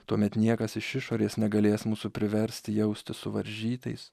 tuomet niekas iš išorės negalės mūsų priversti jaustis suvaržytais